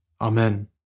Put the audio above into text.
Amen